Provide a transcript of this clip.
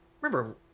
remember